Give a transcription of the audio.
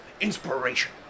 inspiration